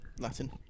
Latin